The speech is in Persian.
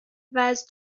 واز